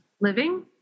living